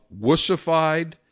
wussified